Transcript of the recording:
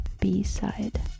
B-side